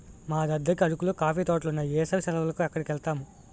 మా దద్దకి అరకులో కాఫీ తోటలున్నాయి ఏసవి సెలవులకి అక్కడికెలతాము